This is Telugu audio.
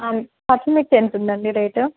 పచ్చిమిర్చి ఎంతుందండి రేటు